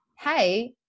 Hey